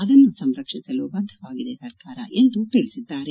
ಇದನ್ನು ಸಂರಕ್ಷಿಸಲು ಬದ್ದವಾಗಿದೆ ಎಂದು ತಿಳಿಸಿದ್ದಾರೆ